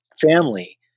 family